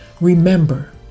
Remember